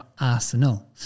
arsenal